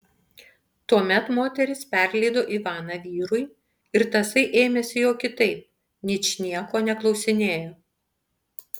tuomet moteris perleido ivaną vyrui ir tasai ėmėsi jo kitaip ničnieko neklausinėjo